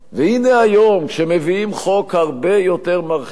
והנה היום, כשמביאים חוק הרבה יותר מרחיק לכת,